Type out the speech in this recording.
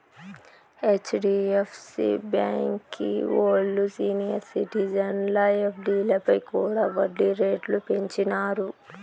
HDFC బాంకీ ఓల్లు senior సిటిజన్ల ఎఫ్డీలపై కూడా ఒడ్డీ రేట్లు పెంచినారు